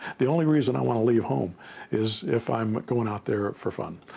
the only reason i want to leave home is if i'm going out there for fun.